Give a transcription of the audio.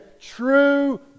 true